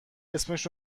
اسمش